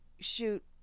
shoot